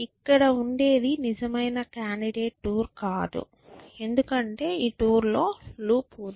ఇక్కడ ఉండేది నిజమైన కాండిడేట్ టూర్ కాదు ఎందుకంటే ఈ టూర్ లో లూప్ ఉంది